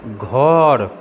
घर